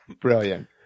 brilliant